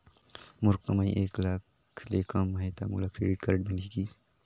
मोर कमाई एक लाख ले कम है ता मोला क्रेडिट कारड मिल ही?